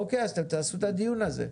אוקיי, תעשו את הדיון הזה.